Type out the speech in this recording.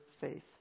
faith